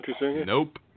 Nope